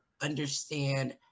understand